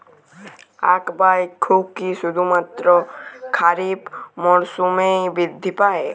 আখ বা ইক্ষু কি শুধুমাত্র খারিফ মরসুমেই বৃদ্ধি পায়?